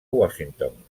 washington